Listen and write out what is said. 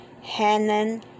Hanan